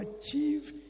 achieve